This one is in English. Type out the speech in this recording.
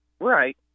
right